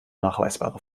nachweisbare